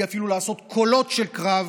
אפילו בלי לעשות קולות של קרב,